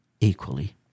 equally